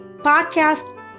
podcast